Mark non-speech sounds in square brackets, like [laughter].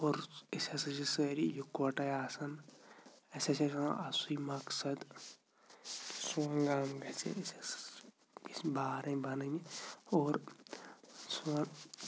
اور أسۍ ہسا چھِ سٲری یِکوَٹَے آسان اَسہِ ہسا چھِ [unintelligible] مقصَد سون گام گژھِ أسۍ ہسا گٔژھۍ بارٕنۍ بَنٕنۍ اور سون